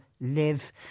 Live